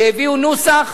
שהביאו נוסח